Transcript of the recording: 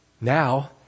Now